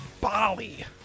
Bali